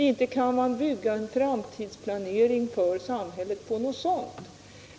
Inte kan man bygga en framtidsplanering för samhället på någonting sådant!